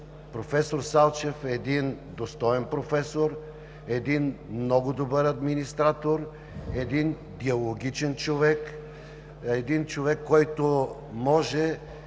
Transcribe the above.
професор Салчев е един достоен професор, един много добър администратор, един диалогичен човек, един човек, който може